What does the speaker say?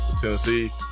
Tennessee